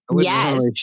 Yes